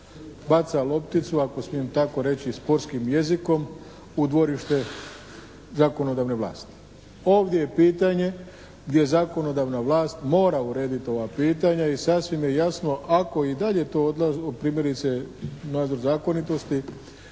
baca lopticu ako smijem tako reći sportskim jezikom u dvorište zakonodavne vlasti. Ovdje je pitanje gdje zakonodavna vlast mora urediti ova pitanja i sasvim je jasno ako i dalje primjerice nadzor zakonitosti